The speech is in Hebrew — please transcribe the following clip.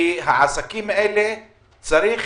כי צריך